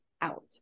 out